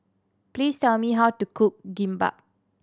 please tell me how to cook Kimbap